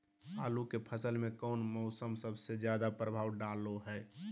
आलू के फसल में कौन मौसम सबसे ज्यादा प्रभाव डालो हय?